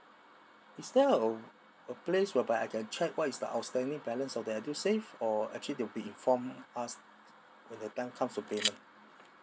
is there a a place whereby I can check what is the outstanding balance of their edusave or actually they will be inform us when the time comes to payment